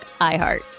iHeart